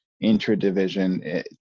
intra-division